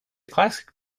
classic